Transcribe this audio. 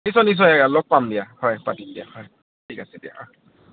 নিশ্চয় নিশ্চয় লগ পাম দিয়া হয় পাতিম দিয়া হয় ঠিক আছে দিয়া অহ